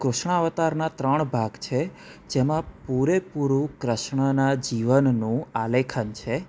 કૃષ્ણાવતારના ત્રણ ભાગ છે જેમાં પૂરે પૂરૂં કૃષ્ણના જીવનનું આલેખન છે